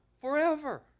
forever